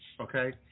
okay